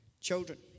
children